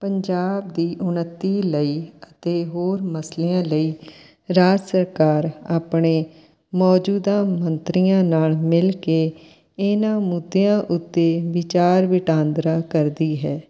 ਪੰਜਾਬ ਦੀ ਉੱਨਤੀ ਲਈ ਅਤੇ ਹੋਰ ਮਸਲਿਆਂ ਲਈ ਰਾਜ ਸਰਕਾਰ ਆਪਣੇ ਮੌਜੂਦਾ ਮੰਤਰੀਆਂ ਨਾਲ਼ ਮਿਲ ਕੇ ਇਹਨਾਂ ਮੁੱਦਿਆਂ ਉੱਤੇ ਵਿਚਾਰ ਵਟਾਂਦਰਾ ਕਰਦੀ ਹੈ